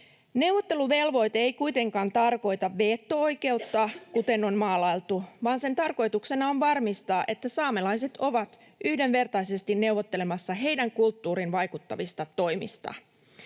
Neuvotteluvelvoite ei kuitenkaan tarkoita veto-oikeutta, kuten on maalailtu, vaan sen tarkoituksena on varmistaa, että saamelaiset ovat yhdenvertaisesti neuvottelemassa heidän kulttuuriinsa vaikuttavista toimista.